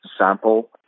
sample